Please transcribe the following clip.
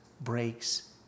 breaks